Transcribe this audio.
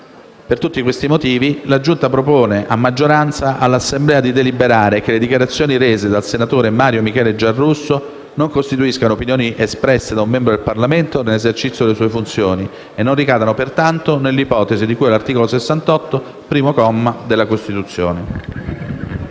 Per tali motivi la Giunta propone, a maggioranza, all'Assemblea di deliberare che le dichiarazioni rese dal senatore Mario Michele Giarrusso non costituiscono opinioni espresse da un membro del Parlamento nell'esercizio delle sue funzioni e non ricadono pertanto nell'ipotesi di cui all'articolo 68, primo comma, della Costituzione.